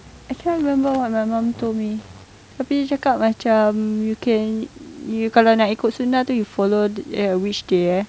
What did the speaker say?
I can't remember what my mum told me tapi dia cakap macam you can you kalau nak ikut sunnah itu you follow which day eh